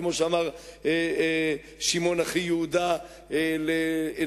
כמו שאמר שמעון אחי-יהודה ליוונים.